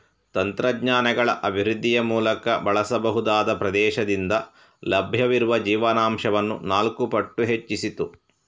ತಂತ್ರಜ್ಞಾನಗಳ ಅಭಿವೃದ್ಧಿಯ ಮೂಲಕ ಬಳಸಬಹುದಾದ ಪ್ರದೇಶದಿಂದ ಲಭ್ಯವಿರುವ ಜೀವನಾಂಶವನ್ನು ನಾಲ್ಕು ಪಟ್ಟು ಹೆಚ್ಚಿಸಿತು